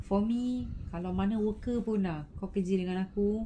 for me kalau mana worker pun lah buat kerja dengan aku